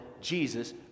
Jesus